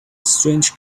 strange